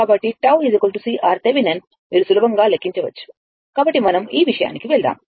కాబట్టి tau CRThevenin మీరు సులభంగా లెక్కించవచ్చు కాబట్టి మనం ఈ విషయానికి వెళ్దాం